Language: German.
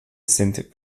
sind